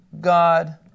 God